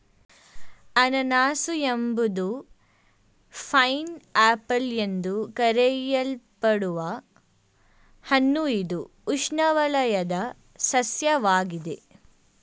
ಅನನಾಸು ಎಂಬುದು pineapple ಎಂದು ಕರೆಯಲ್ಪಡುವ ಹಣ್ಣು ಇದು ಉಷ್ಣವಲಯದ ಸಸ್ಯವಾಗಿದೆ